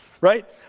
right